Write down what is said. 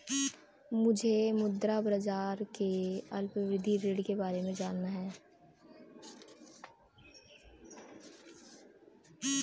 मुझे मुद्रा बाजार के अल्पावधि ऋण के बारे में जानना है